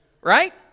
Right